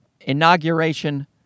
inauguration